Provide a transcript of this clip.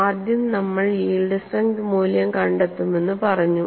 ആദ്യം നമ്മൾ yield strength മൂല്യം കണ്ടെത്തുമെന്ന് പറഞ്ഞു